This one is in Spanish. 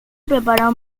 preparó